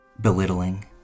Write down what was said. belittling